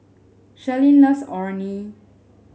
Sherlyn loves Orh Nee